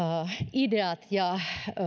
ideat ja